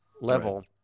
level